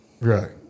Right